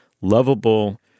lovable